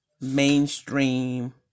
Mainstream